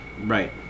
Right